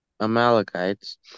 Amalekites